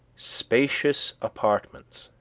spacious apartments,